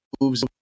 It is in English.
moves